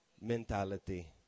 mentality